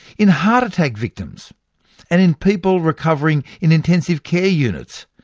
in heart attack victims and in people recovering in intensive care units,